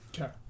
Okay